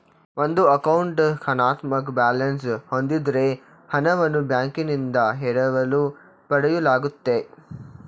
ಒಂದು ಅಕೌಂಟ್ ಋಣಾತ್ಮಕ ಬ್ಯಾಲೆನ್ಸ್ ಹೂಂದಿದ್ದ್ರೆ ಹಣವನ್ನು ಬ್ಯಾಂಕ್ನಿಂದ ಎರವಲು ಪಡೆಯಲಾಗುತ್ತೆ